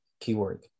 Keyword